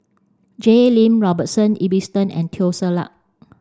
Jay Lim Robert Ibbetson and Teo Ser Luck